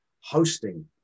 hosting